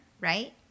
right